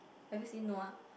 have you seen no ah